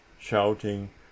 shouting